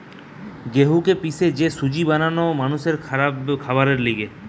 গেহুকে পিষে যে সুজি বানানো মানুষের খাবারের লিগে